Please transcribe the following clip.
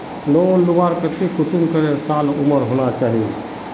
Loan लुबार केते कुंसम करे साल उमर होना चही?